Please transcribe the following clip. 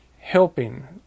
helping